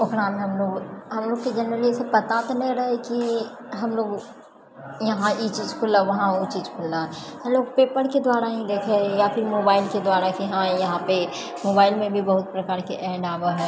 ओकरामे बहुत हमलोगके जेनरली ईसब पता तऽ नहि रहऽ है की हमलोग ईहाँ ई चीज खुललए ऊहाँ ओ चीज खुललए हमलोग पेपरके द्वारा ही देखै हियै या फिर मोबाइलके द्वारा की हँ यहाँपे मोबाइलमे भी बहुत प्रकारके एड आबए है